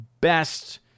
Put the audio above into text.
best